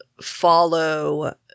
follow